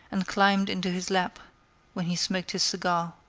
and climbed into his lap when he smoked his cigar.